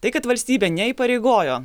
tai kad valstybė neįpareigojo